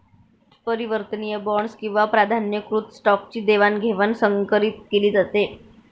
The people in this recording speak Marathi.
परिवर्तनीय बॉण्ड्स किंवा प्राधान्यकृत स्टॉकची देवाणघेवाण संकरीत केली जाते